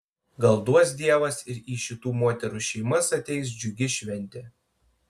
gal duos dievas ir į šitų moterų šeimas ateis džiugi šventė